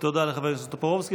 תודה לחבר הכנסת טופורובסקי.